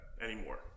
Anymore